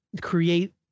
create